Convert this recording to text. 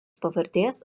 pavardės